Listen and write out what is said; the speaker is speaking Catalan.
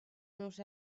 meus